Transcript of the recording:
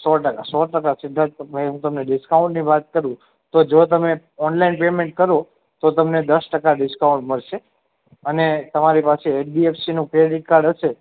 સો ટકા સો ટકા સિધ્ધાર્થ ભાઈ હું તમને ડિસ્કાઉન્ટની વાત કરું તો જો તમે ઓનલાઈન પેમેંટ કરો તો તમને દસ ટકા ડિસ્કાઉન્ટ મળશે અને તમારી પાસે એચ ડી એફ સીનું ક્રેડિટ કાર્ડ હશે